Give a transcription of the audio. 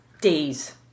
Days